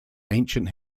ancient